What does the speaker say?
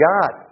God